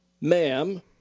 ma'am